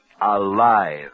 alive